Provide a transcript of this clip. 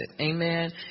Amen